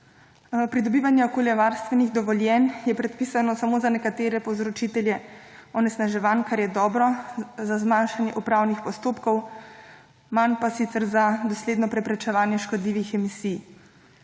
Pridobivanje okoljevarstvenih dovoljenj je predpisano samo za nekatere povzročitelje onesnaževanj, kar je dobro za zmanjšanje upravnih postopkov, manj pa sicer za dosledno preprečevanje škodljivih emisij.